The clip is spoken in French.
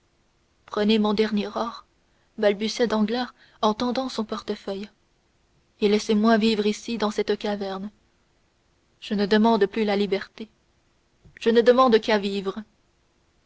prenez mon dernier or balbutia danglars en tendant son portefeuille et laissez-moi vivre ici dans cette caverne je ne demande plus la liberté je ne demande qu'à vivre